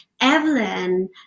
Evelyn